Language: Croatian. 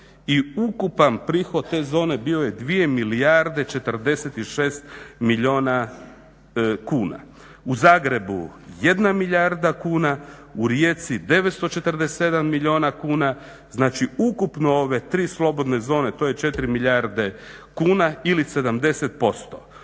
i ukupan prihod te zone bio je 2 milijarde 46 milijuna kuna. U Zagrebu 1 milijarda kuna, u Rijeci 947 milijuna kuna, znači ukupno ove tri slobodne zone to je 4 milijarde kuna ili 70%.